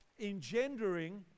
engendering